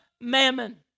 mammon